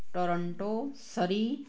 Toronto Surrey